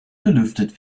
belüftet